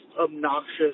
obnoxious